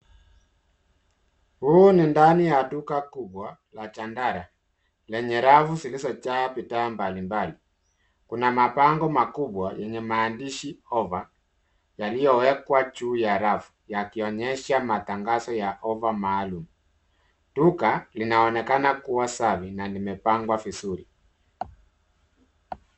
Huu ni ndani ya duka kubwa la Chandara lenye rafu zilizojaa bidhaa mbalimbali. Kuna mabango makubwa yenye maandishi ofa yaliyowekwa juu ya rafu yakionyesha matangazo ya ofa maalum. Duka linaonekana kuwa safi na limepangwa vizuri.